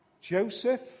Joseph